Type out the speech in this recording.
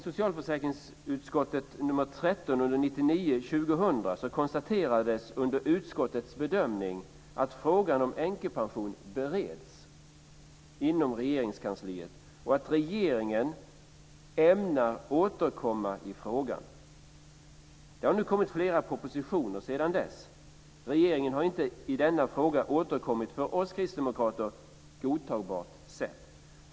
1999/2000 konstaterades under utskottets bedömning att frågan om änkepension bereds inom Regeringskansliet och att regeringen ämnar återkomma i frågan. Det har nu kommit flera propositioner sedan dess. Regeringen har inte återkommit i denna fråga på ett för oss kristdemokrater godtagbart sätt.